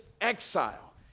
exile